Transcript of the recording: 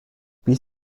bis